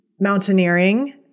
mountaineering